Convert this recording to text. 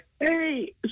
Hey